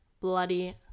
bloody